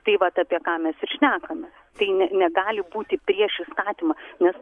tai vat apie ką mes ir šnekame tai ne negali būti prieš įstatymą nes